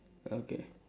okay